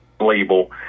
label